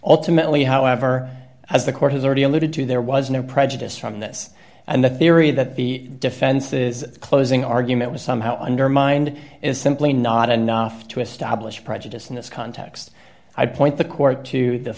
ultimately however as the court has already alluded to there was no prejudice from this and the theory that the defense is closing argument was somehow undermined is simply not enough to establish prejudice in this context i point the court to the